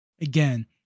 again